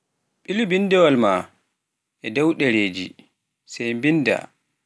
ɓilu binndawaal maa e dow ɗerewaal, sai binnda.